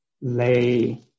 lay